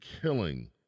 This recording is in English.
killing